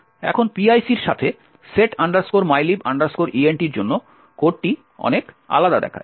এখন PIC এর সাথে সেট mylib int এর জন্য কোডটি অনেক আলাদা দেখায়